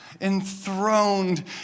enthroned